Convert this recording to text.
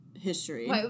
history